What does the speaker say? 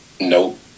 Nope